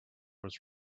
was